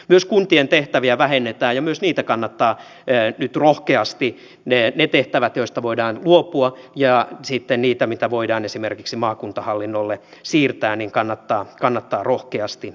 myös kuntien tehtäviä vähennetään ja myös niitä kannattaa ei nyt rohkeasti niiden tehtävien osalta joista voidaan luopua ja sitten niiden mitä voidaan esimerkiksi maakuntahallinnolle siirtää kannattaa rohkeasti edetä